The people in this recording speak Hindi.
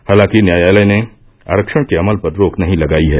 हालांकि न्यायालय ने आरक्षण के अमल पर रोक नहीं लगाई है